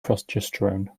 progesterone